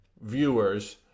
viewers